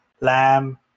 Lamb